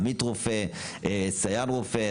עמית רופא, סייען רופא.